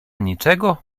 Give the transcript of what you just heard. niczego